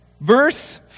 verse